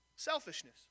Selfishness